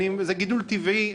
זה גידול טבעי.